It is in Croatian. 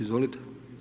Izvolite.